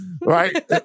Right